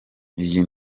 iyi